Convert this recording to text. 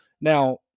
Now